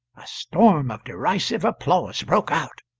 a storm of derisive applause broke out.